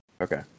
Okay